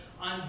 on